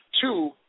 Two